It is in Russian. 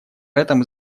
этом